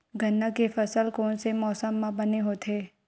गन्ना के फसल कोन से मौसम म बने होथे?